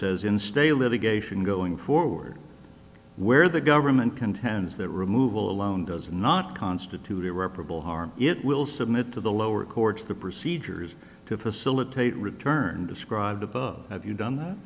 says instead a litigation going forward where the government contends that removal alone does not constitute irreparable harm it will submit to the lower courts the procedures to facilitate return described above have you done that